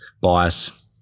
bias